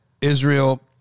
Israel